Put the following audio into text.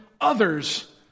others